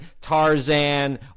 Tarzan